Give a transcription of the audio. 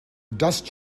dust